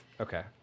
Okay